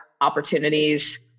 opportunities